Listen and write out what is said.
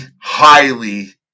highly